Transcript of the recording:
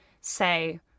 say